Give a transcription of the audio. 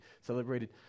celebrated